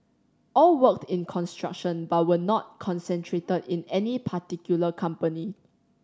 all worked in construction but were not concentrated in any particular company